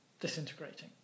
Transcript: disintegrating